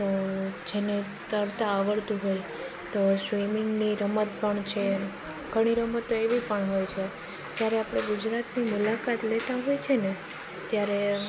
તો જેને તરતા આવડતું હોય તો સ્વિમિંગની રમત પણ છે ઘણી રમતો એવી પણ હોય છે જ્યારે આપણે ગુજરાતની મુલાકાત લેતા હોય છે ને ત્યારે